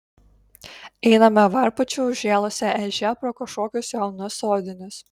einame varpučiu užžėlusia ežia pro kažkokius jaunus sodinius